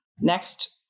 Next